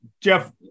Jeff